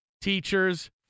teachers